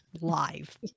live